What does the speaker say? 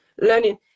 Learning